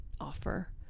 offer